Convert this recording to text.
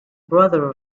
brother